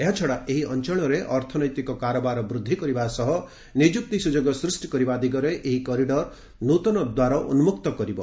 ଏହାଛଡ଼ା ଏହି ଅଞ୍ଚଳରେ ଅର୍ଥନୈତିକ କାରବାର ବୃଦ୍ଧି କରିବା ସହ ନିଯୁକ୍ତି ସୁଯୋଗ ସ୍ପଷ୍ଟି କରିବା ଦିଗରେ ଏହି କରିଡ଼ର ନୃତନ ଦ୍ୱାର ଉନ୍କକ୍ତ କରିବ